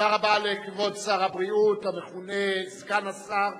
תודה רבה לכבוד שר הבריאות, המכונה סגן השר.